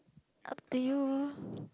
up to you